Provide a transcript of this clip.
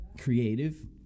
creative